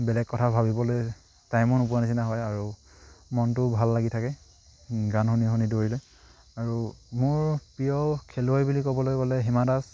বেলেগ কথা ভাবিবলৈ টাইমো নোপোৱা নিচিনা হয় আৰু মনটোও ভাল লাগি থাকে গান শুনি শুনি দৌৰিলে আৰু মোৰ প্ৰিয় খেলুৱৈ বুলি ক'বলৈ গ'লে হিমা দাস